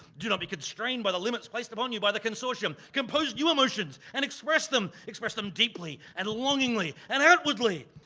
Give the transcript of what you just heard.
do not be constrained by the limits placed upon you by the consortium. compose new emotions, and express them. express them deeply and longingly and outwardly,